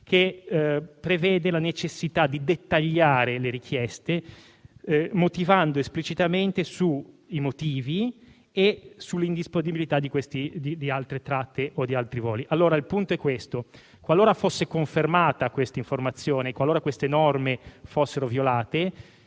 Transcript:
che prevede la necessità di dettagliare le richieste, chiarendo esplicitamente i motivi e l'indisponibilità di altre tratte o altri voli. Allora, il punto è il seguente: qualora fosse confermata l'informazione e qualora le norme citate